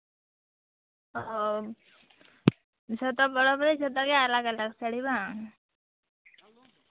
ᱚ ᱡᱷᱚᱛᱚ ᱯᱚᱨᱚᱵᱽ ᱨᱮ ᱡᱷᱚᱛᱚᱜᱮ ᱟᱞᱟᱫᱟ ᱟᱞᱟᱫᱟ ᱥᱟᱹᱲᱤ ᱵᱟᱝ